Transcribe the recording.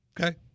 Okay